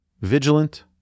vigilant